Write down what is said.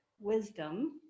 wisdom